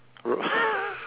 right